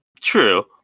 True